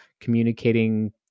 communicating